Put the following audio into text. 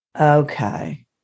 Okay